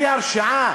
בלי הרשעה,